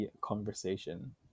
conversation